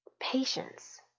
patience